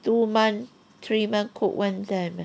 two month three month cook one time ah